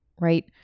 right